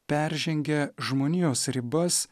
peržengia žmonijos ribas